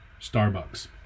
Starbucks